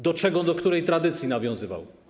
Do czego, do której tradycji nawiązywał?